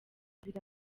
ibiri